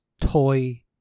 toy